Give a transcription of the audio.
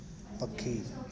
पखी